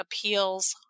appeals